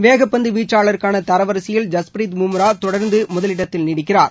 வேகப்பந்துவீச்சாளருக்கான தரவரிசையில் ஜஸ்ப்ரீத் பூம்ரா தொடர்ந்து முதலிடத்தில் நீடிக்கிறார்